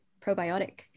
probiotic